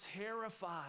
terrified